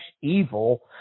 evil